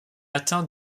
atteint